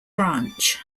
branch